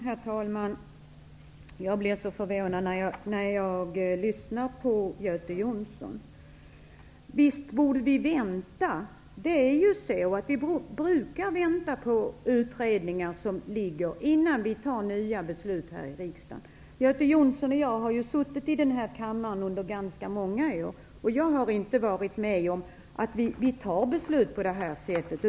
Herr talman! Jag blev förvånad när jag lyssnade på Göte Jonsson. Visst borde vi vänta. Vi brukar ju vänta på utredningar som arbetar innan vi fattar nya beslut här i riksdagen. Göte Jonsson och jag har suttit i kammaren under ganska många år, och under den tiden har jag inte varit med om att vi fattat beslut på det här sättet.